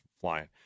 flying